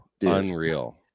Unreal